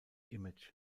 image